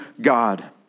God